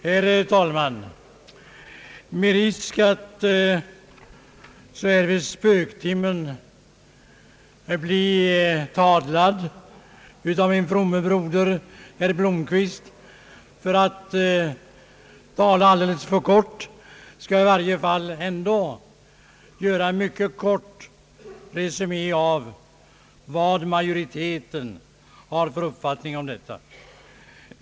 Herr talman! Med risk för att så här i spöktimmen bli tadlad av min fromme broder herr Blomquist för att tala alldeles för kortfattat skall jag ändå göra en mycket kort resumé av majoritetens uppfattning på denna punkt.